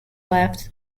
left